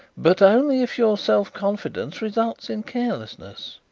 but only if your self-confidence results in carelessness.